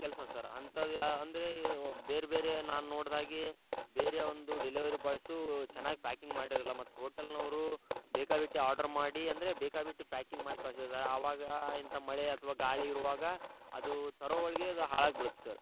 ಕೆಲಸ ಸರ್ ಅಂಥದ್ದು ಯಾ ಅಂದರೆ ಬೇರೆಬೇರೆ ನಾನು ನೋಡಿದಾಗೆ ಬೇರೆ ಒಂದು ಡೆಲಿವರಿ ಬಾಯ್ಸೂ ಚೆನ್ನಾಗಿ ಪ್ಯಾಕಿಂಗ್ ಮಾಡಿರಲ್ಲ ಮತ್ತು ಹೋಟೆಲ್ನವರೂ ಬೇಕಾಬಿಟ್ಟಿ ಆರ್ಡರ್ ಮಾಡಿ ಅಂದರೆ ಬೇಕಾಬಿಟ್ಟಿ ಪ್ಯಾಕಿಂಗ್ ಮಾಡಿ ಕಳ್ಸಿರ್ತಾರೆ ಆವಾಗ ಇಂಥ ಮಳೆ ಅಥ್ವಾ ಗಾಳಿ ಇರುವಾಗ ಅದೂ ತರೋ ಒಳಗೆ ಅದು ಹಾಳಾಗಿ ಬಿಡುತ್ತೆ ಸರ್